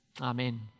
Amen